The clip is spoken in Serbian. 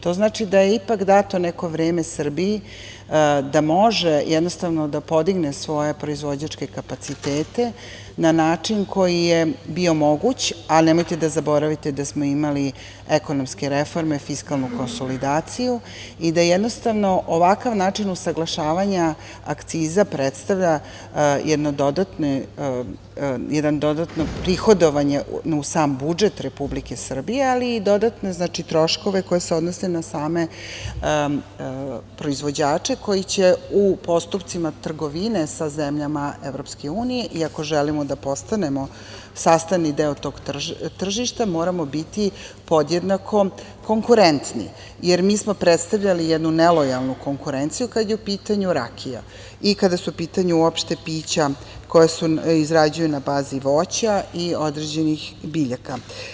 To znači da je ipak dato neko vreme Srbiji da može jednostavno podigne svoje proizvođače kapacitete na način na koji je bio moguć, ali nemojte da zaboravite da smo imali ekonomske reforme i fiskalnu konsolidaciju, i da jednostavno ovakav način usaglašavanja akciza predstavlja jedno dodatno prihodovanje u sam budžet Republike Srbije, ali i dodatno troškove koje se odnose na same proizvođače, koji će u postupcima trgovine sa zemljama EU i ako želimo da postanemo sastavni deo tog tržišta, moramo biti podjednako konkurentni, jer mi smo predstavljali jednu nelojalnu konkurenciju, kada je u pitanju rakija i kada su u pitanju uopšte pića, koja su izrađena na bazi voća i određenih biljaka.